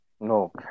No